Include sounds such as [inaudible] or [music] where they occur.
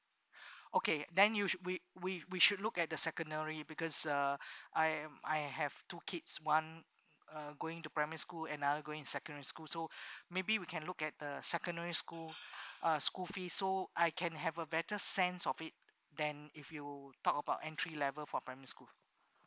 [breath] okay then you should we we we should look at the secondary because uh [breath] I I um I have two kids one uh going to primary school another going secondary school so [breath] maybe we can look at the secondary school uh school fee so I can have a better sense of it then if you talk about entry level for primary school